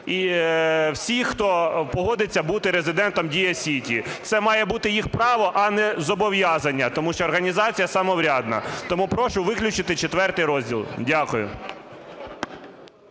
всіх, хто погодиться бути резидентом Дія Сіті. Це має бути їх право, а не зобов'язання, тому що організація самоврядна. Тому прошу виключити IV розділ. Дякую.